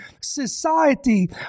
society